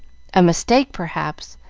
a mistake, perhaps,